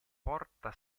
porta